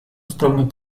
островных